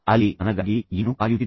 ಅಲ್ಲಿ ನನಗಾಗಿ ಏನು ಕಾಯುತ್ತಿದೆ